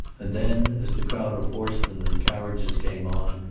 and then, as the crowd of horsemen and carriages came on,